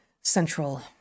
central